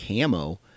camo